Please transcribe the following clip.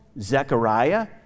Zechariah